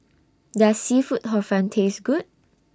Does Seafood Hor Fun Taste Good